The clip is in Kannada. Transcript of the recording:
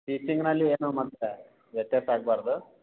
ಸ್ಟಿಚಿಂಗಿನಲ್ಲಿ ಏನೂ ಮಾತ್ರ ವ್ಯತ್ಯಾಸ ಆಗಬಾರ್ದು